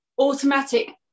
Automatic